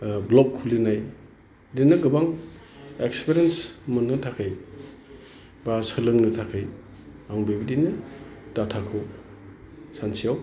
vlog खुलिनाय बिदिनो गोबां एक्सपेरियेन्स मोननो थाखाय बा सोलोंनो थाखाय आं बिबायदिनो डाटाखौ सानसेआव